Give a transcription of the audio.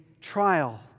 trial